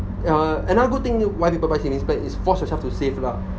uh another good thing why people buy savings plan is force yourself to save lah